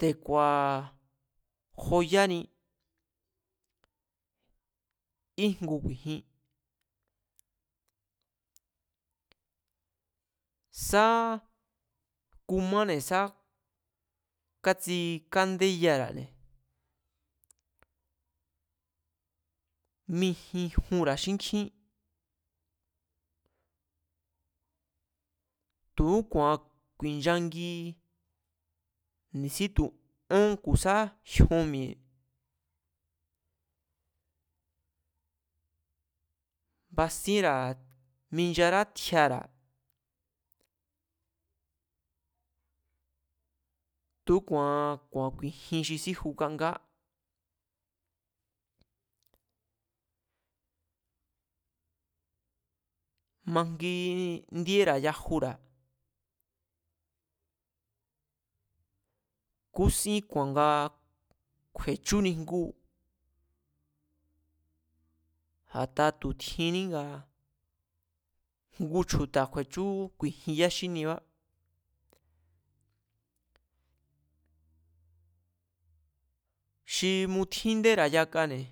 Te̱ku̱a̱ joyáni, íjngu ku̱i̱jin, sá kumáne̱ sá kátsikándéyara̱ne̱, mijinjura̱ xínkjín, tu̱úku̱a̱ nga ku̱i̱nchangi ni̱sítu̱ ón ku̱ sá jion mi̱e̱, baísenra̱, minchará tjiara̱ tu̱úku̱a̱an ku̱a̱n ku̱i̱jin xi síju kangaá, mangindíéra̱ yajura̱, kúsín ku̱a̱n nga kju̱e̱chúni ngu, a̱ta tu̱ tjiní nga ngu chju̱ta̱ kju̱e̱chú nga ku̱i̱jin yá xíniebá. Xi mutjíndéra̱ yakane̱,